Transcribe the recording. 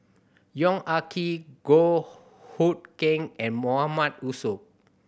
Yong Ah Kee Goh Hood Keng and Mahmood Yusof